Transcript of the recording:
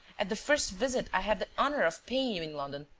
at the first visit i have the honour of paying you in london,